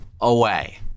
away